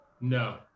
No